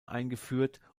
eingeführt